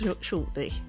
shortly